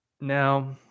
Now